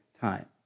time